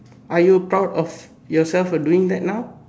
are you proud of yourself for doing that now